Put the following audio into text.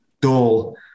Dull